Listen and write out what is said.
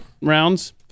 rounds